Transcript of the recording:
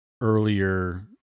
earlier